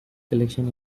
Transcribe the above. collection